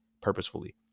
purposefully